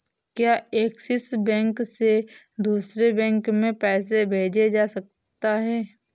क्या Axis bank से दूसरे बैंक में पैसे भेजे जा सकता हैं?